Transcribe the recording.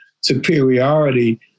superiority